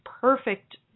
perfect